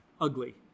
ugly